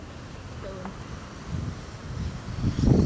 daun